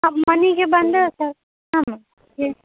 ಮನೆಗೆ ಬಂದು ತಗೊ ಹಾಂ ಮ್ಯಾಮ್ ಏ